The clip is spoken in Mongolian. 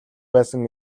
байсан